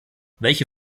welche